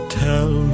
tell